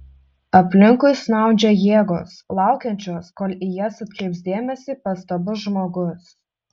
aplinkui snaudžia jėgos laukiančios kol į jas atkreips dėmesį pastabus žmogus